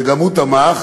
שגם הוא תמך,